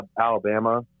Alabama